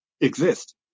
exist